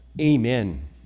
Amen